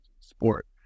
sport